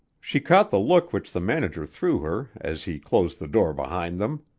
she caught the look which the manager threw her as he closed the door behind them.